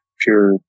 pure